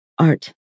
Art